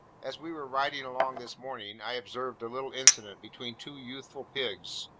as we were riding along this morning, i observed a little incident between two youthful pigs,